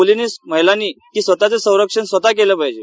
मुलींनी महीलांनी स्वतःचे संरक्षण स्वतः केलं पाहिजे